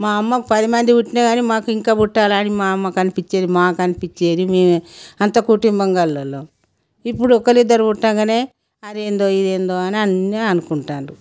మా అమ్మకి పదిమంది పుట్టిన కానీ మాకు ఇంకా పుట్టాలని మా అమ్మకనిపించ్చేది మాకనిపించ్చేది మేము అంత కుటుంబం గళ్లోళ్ళం ఇప్పుడు ఒకలిద్దరు పుట్టగానే అదేందో ఇదేందో అనన్నీ అనుకుంటున్నారు